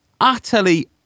utterly